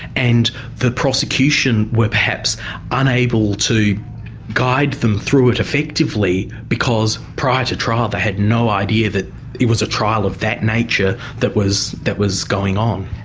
and the prosecution were perhaps unable to guide them through it effectively because prior to trial they had no idea that it was a trial of that nature that was that was going on.